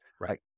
right